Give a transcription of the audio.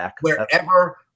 wherever